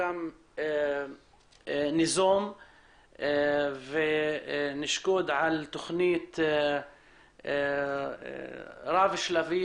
אנחנו ניזום ונשקוד על תכנית רב שלבית.